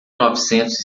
novecentos